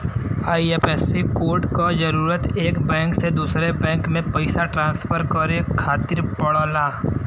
IFSC code क जरूरत एक बैंक से दूसरे बैंक में पइसा ट्रांसफर करे खातिर पड़ला